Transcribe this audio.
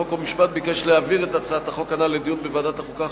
חוק ומשפט ביקש להעביר את הצעת החוק הנ"ל לדיון בוועדת החוקה,